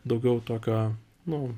daugiau tokio nu